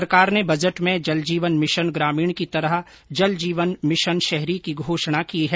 सरकार ने बजट में जल जीवन मिशन ग्रामीण की तरह जल जीवन मिशन शहरी की घोषणा की है